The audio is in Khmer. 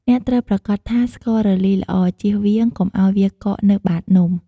អ្នកត្រូវប្រាកដថាស្កររលាយល្អ ជៀសវាងកុំឱ្យវាកកនៅបាតនំ។